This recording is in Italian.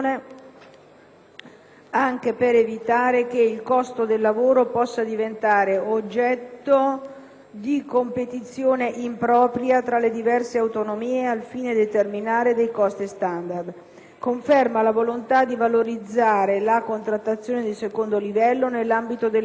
anche per evitare che il "costo del lavoro" possa divenire oggetto di competizione impropria tra le diverse Autonomie al fine della determinazione dei costi *standard*, conferma la volontà di valorizzare la contrattazione di secondo livello nell'ambito delle Autonomie,